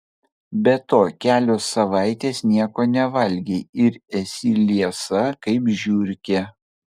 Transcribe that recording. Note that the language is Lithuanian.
be to kelios savaitės nieko nevalgei ir esi liesa kaip žiurkė